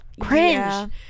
cringe